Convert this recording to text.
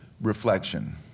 reflection